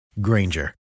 Granger